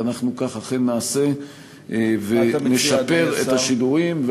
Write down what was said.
ואנחנו כך אכן נעשה ונשפר את השידורים.